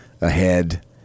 ahead